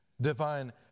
divine